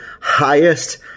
highest